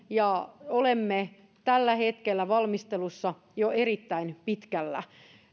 ja olemme tällä hetkellä valmistelussa jo erittäin pitkällä